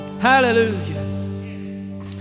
Hallelujah